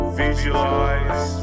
visualize